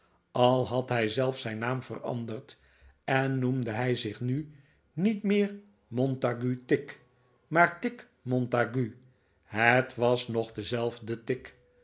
al had hij zelfs zijn naam veranderd en noemde hij zich nu niet meer montague tigg maar tigg montague het was nog dezelfde tigg